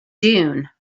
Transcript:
dune